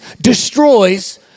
destroys